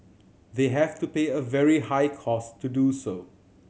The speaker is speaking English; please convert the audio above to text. they have to pay a very high cost to do so